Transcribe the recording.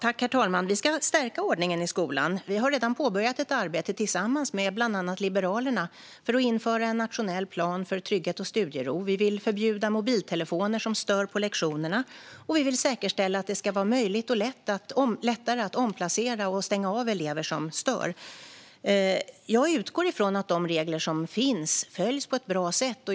Herr talman! Vi ska stärka ordningen i skolan. Vi har redan påbörjat ett arbete tillsammans med bland andra Liberalerna för att införa en nationell plan för trygghet och studiero. Vi vill förbjuda mobiltelefoner som stör på lektionerna, och vi vill säkerställa att det ska vara möjligt och lättare att omplacera och stänga av elever som stör. Jag utgår från att de regler som finns följs på ett bra sätt.